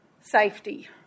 safety